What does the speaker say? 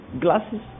glasses